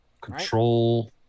Control